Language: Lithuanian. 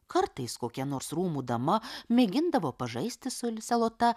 kartais kokia nors rūmų dama mėgindavo pažaisti su lise lota